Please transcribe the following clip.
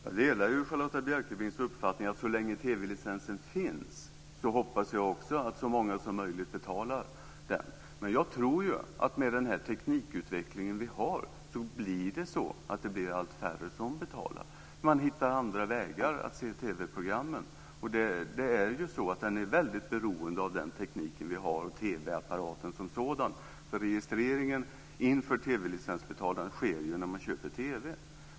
Fru talman! Jag delar Charlotta Bjälkebrings uppfattning: Så länge TV-licensen finns hoppas jag också att så många som möjligt betalar den. Men jag tror att med den teknikutveckling vi har blir det allt färre som betalar. Man hittar andra vägar att se TV programmen. Det här systemet är ju väldigt beroende av den teknik vi har och TV-apparaten som sådan. Registreringen inför TV-licensbetalande sker ju när man köper TV:n.